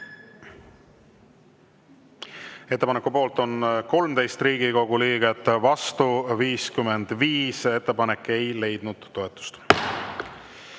Ettepaneku poolt on 13 Riigikogu liiget, vastu 55, ettepanek ei leidnud toetust.Me